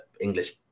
english